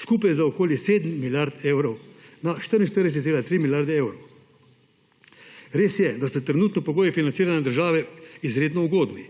skupaj za okoli 7 milijard evrov, na 44,3 milijarde evrov. Res je, da so trenutno pogoji financiranja države izredno ugodni,